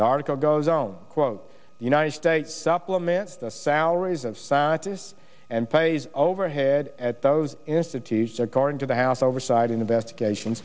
the article goes on quote the united states supplements the salaries of scientists and pays overhead at those institutions according to the house oversight and investigation